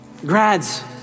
Grads